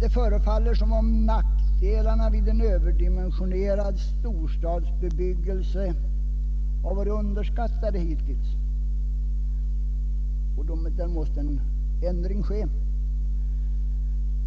Det förefaller som om nackdelarna vid en överdimensionerad storstadsbebyggelse har varit underskattade hittills. Där måste en ändring ske.